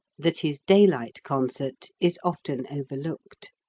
that his daylight concert is often overlooked.